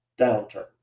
downturn